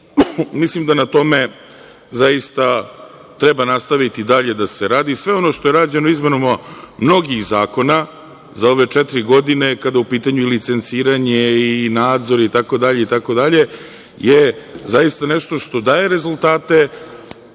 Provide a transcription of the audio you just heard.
mislim da na tome zaista treba nastaviti dalje da se radi. Sve ono što je rađeno izmenama mnogih zakona za ove četiri godine, kada je u pitanju licenciranje i nadzor itd. je zaista nešto što daje rezultate,